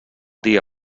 dia